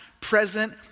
present